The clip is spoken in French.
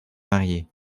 mariés